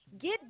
get